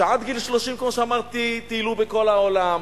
שעד גיל 30, כמו שאמרתי, טיילו בכל העולם,